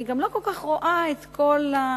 אני גם לא כל כך רואה את כל הישראלים,